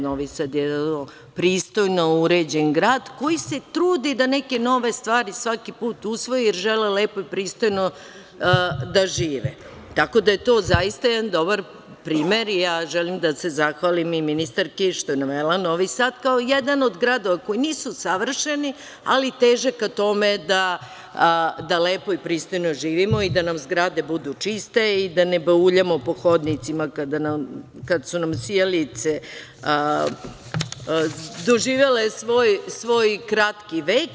Novi Sad je pristojno uređen grad koji se trudi da neke nove stvari svaki put usvoji, jer žele lepo i pristojno da žive, tako da je to zaista jedan dobra primer i ja želim da se zahvalim i ministarki što je navela Novi Sad kao jedan od gradova koji nisu savršeni, ali teže ka tome da lepo i pristojno živimo i da nam zgrade budu čiste, da ne bauljamo po hodnicima kada su nam sijalice doživele svoj kratki vek.